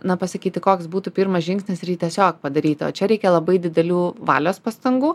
na pasakyti koks būtų pirmas žingsnis ir jį tiesiog padaryti o čia reikia labai didelių valios pastangų